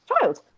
child